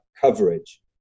coverage